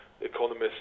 economists